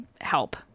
help